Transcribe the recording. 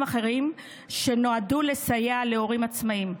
אחרים שנועדו לסייע להורים עצמאיים.